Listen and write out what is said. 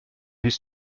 his